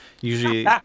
Usually